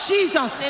Jesus